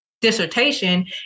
dissertation